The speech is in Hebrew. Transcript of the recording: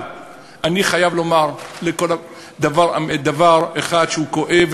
אבל אני חייב לומר דבר אחד שהוא כואב,